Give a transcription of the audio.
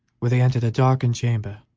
where they entered a darkened chamber